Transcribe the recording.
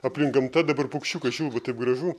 aplink gamta dabar paukščiukai čiulba taip gražu